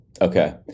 Okay